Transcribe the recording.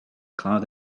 cloud